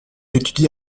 étudie